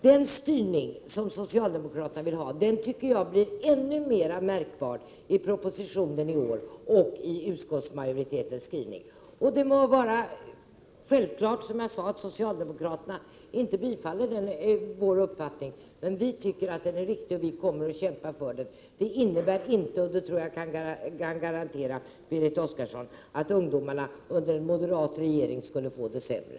Den styrning som socialdemkraterna vill ha tycker jag i år blir ännu mer märkbar i propositionen och i utskottsmajoritetens skrivning. Det må vara självklart, som jag sade, att socialdemokraterna inte stöder vår uppfattning, men vi tycker att den är riktig, och vi kommer att kämpa för den. Och jag kan garantera Berit Oscarsson att ungdomarna under en moderat regering inte skulle få det sämre.